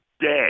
dead